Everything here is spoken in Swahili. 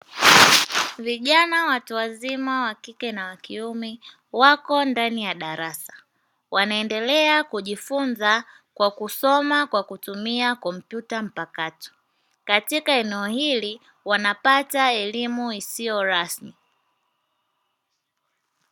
Vijana watu wazima wa kike na wa kiume wako ndani ya darasa, wanaendelea kujifunza kwa kusoma kwa kutumia kompyuta mpakato. Katika eneo hili wanapata elimu isiyo rasmi.